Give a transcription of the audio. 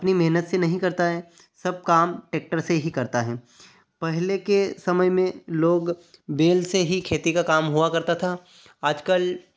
अपनी मेहनत से नहीं करता है सब काम टेक्टर से ही करता हैं पहले के समय में लोग बैल से ही खेती का काम हुआ करता था आज कल